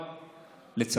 לצערי.